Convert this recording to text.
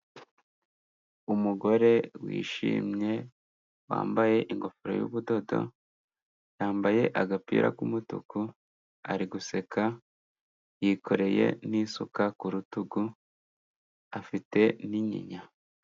Umugore wishimye wambaye ingofero yubudodo, yambaye agapira k'umutuku, ari guseka. Yikoreye n'isuka ku rutugu, afite n'inyinya.